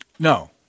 No